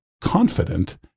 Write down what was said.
confident